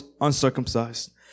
uncircumcised